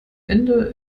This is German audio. ende